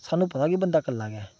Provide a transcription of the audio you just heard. सानूं पता कि बंदा कल्ला गै ऐ